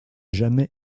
jamais